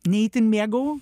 ne itin mėgau